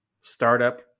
startup